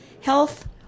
health